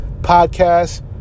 podcast